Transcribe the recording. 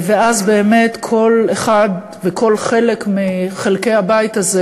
ואז באמת כל אחד וכל חלק מחלקי הבית הזה